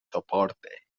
soporte